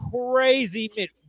crazy